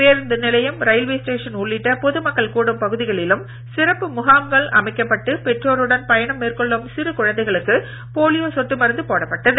பேருந்து நிலையம் railway station உள்ளிட்ட பொது மக்கள் கூடும் பகுதிகளிலும் சிறப்பு முகாம்கள் அமைக்கப்பட்டு பெற்றோருடன் பயணம் மேற்கொள்ளும் சிறு குழந்தைகளுக்கு போலியோ சொட்டு மருந்து போடப்பட்டது